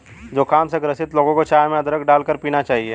जुखाम से ग्रसित लोगों को चाय में अदरक डालकर पीना चाहिए